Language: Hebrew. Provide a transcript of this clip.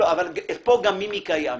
זה הולך לא רע.